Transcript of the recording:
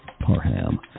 Parham